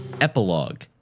Epilogue